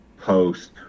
post